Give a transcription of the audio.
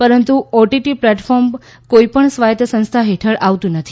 પરંતુ OTT platform કોઈપણ સ્વાયત સંસ્થા હેઠળ આવતું નથી